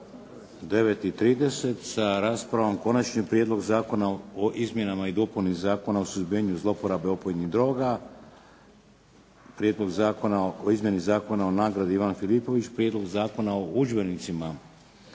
9,30 sa raspravom Konačni prijedlog Zakona o izmjenama i dopuni Zakona o suzbijanju zloporabe opojnih droga, Prijedlog zakona o izmjeni Zakona o nagradi "Ivan Filipović", Prijedlog zakona o udžbenicima